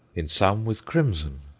in some with crimson!